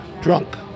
drunk